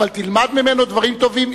אבל תלמד ממנו דברים טובים.